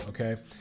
okay